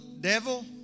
devil